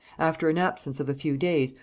after an absence of a few days,